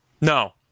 No